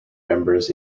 members